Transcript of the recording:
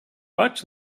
much